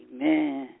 Amen